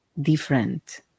different